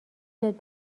داد